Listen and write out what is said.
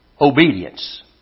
obedience